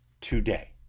today